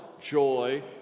joy